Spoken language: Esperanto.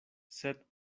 sed